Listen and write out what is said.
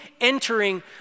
entering